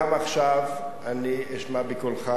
גם עכשיו אני אשמע בקולך.